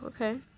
okay